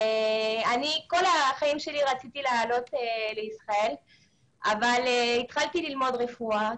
כל החיים שלי רציתי לעלות לישראל אבל התחלתי ללמוד רפואה,